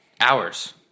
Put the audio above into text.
Hours